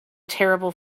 terrible